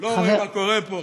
לא רואים מה קורה פה?